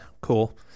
cool